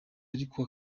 ariko